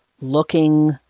looking